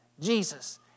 Jesus